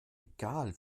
egal